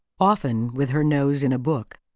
often with her nose in a book.